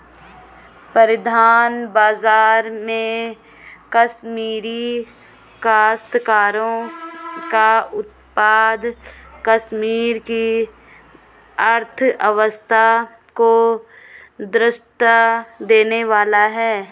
परिधान बाजार में कश्मीरी काश्तकारों का उत्पाद कश्मीर की अर्थव्यवस्था को दृढ़ता देने वाला है